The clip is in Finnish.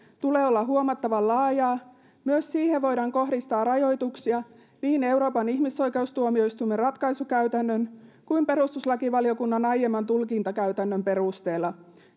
tulee olla huomattavan laajaa myös siihen voidaan kohdistaa rajoituksia niin euroopan ihmisoikeustuomioistuimen ratkaisukäytännön kuin perustuslakivaliokunnan aiemman tulkintakäytännön perusteella